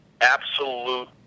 absolute